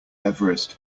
everest